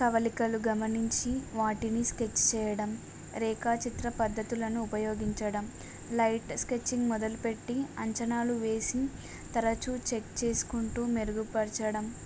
కవలికలు గమనించి వాటిని స్కెచ్ చేయడం రేఖాచిత్ర పద్ధతులను ఉపయోగించడం లైట్ స్కెచ్చింగ్ మొదలుపెట్టి అంచనాలు వేసి తరచూ చెక్ చేసుకుంటూ మెరుగుపరచడం